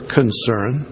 concern